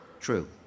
True